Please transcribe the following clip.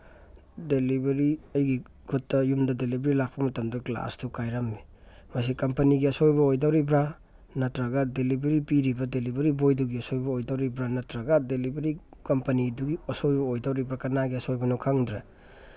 delivery ꯑꯩꯒꯤ ꯈꯨꯠꯇ ꯌꯨꯝꯗ ꯗꯦꯂꯤꯕꯔꯤ ꯂꯥꯛꯄ ꯃꯇꯝꯗ ꯒ꯭ꯂꯥꯁꯇꯨ ꯀꯥꯏꯔꯝꯃꯤ ꯃꯁꯤ ꯀꯝꯄꯅꯤꯒꯤ ꯑꯁꯣꯏꯕ ꯑꯣꯏꯗꯧꯔꯤꯕ꯭ꯔꯥ ꯅꯠꯇ꯭ꯔꯒ ꯗꯦꯂꯤꯕꯔꯤ ꯄꯤꯔꯤꯕ ꯗꯦꯂꯤꯕꯔꯤ ꯕꯣꯏꯗꯨꯒꯤ ꯑꯁꯣꯏꯕ ꯑꯣꯏꯗꯧꯔꯤꯕ꯭ꯔꯥ ꯅꯠꯇ꯭ꯔꯒ ꯗꯦꯂꯤꯕꯔꯤ ꯀꯝꯄꯅꯤꯗꯨꯒꯤ ꯑꯁꯣꯏꯕ ꯑꯣꯏꯗꯧꯔꯤꯕ꯭ꯔꯥ ꯀꯅꯥꯒꯤ ꯑꯁꯣꯏꯕꯅꯣ ꯈꯪꯗ꯭ꯔꯦ